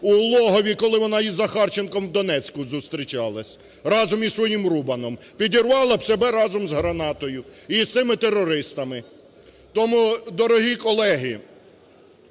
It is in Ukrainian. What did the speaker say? у логові, коли вона із Захарченком в Донецьку зустрічалась, разом із своїм Рубаном, підірвала б себе разом з гранатою і з тими терористами. Тому, дорогі колеги,